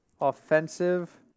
offensive